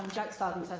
jack sargeant,